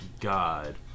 God